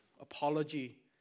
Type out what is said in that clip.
apology